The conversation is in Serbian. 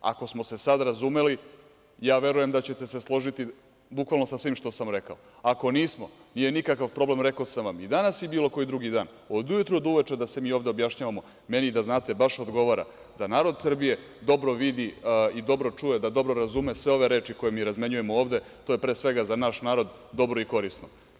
Ako smo se sad razumeli, ja verujem da ćete se složiti bukvalno sa svim što sam rekao, ako nismo, nije nikakav problem, rekao sam vam i danas i bilo koji drugi dan, od ujutru do uveče da se mi ovde objašnjavamo, meni da znate baš odgovara da narod Srbije dobro vidi, da dobro čuje, da dobro razume sve ove reči koje mi razmenjujemo ovde, to je, pre svega, za naš narod dobro i korisno.